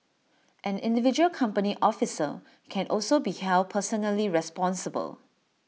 an individual company officer can also be held personally responsible